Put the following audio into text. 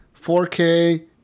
4K